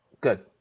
Good